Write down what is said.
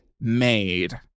made